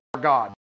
god